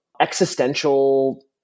existential